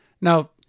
now